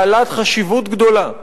בעלת חשיבות גדולה,